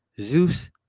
Zeus